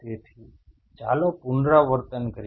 તેથી ચાલો પુનરાવર્તન કરીએ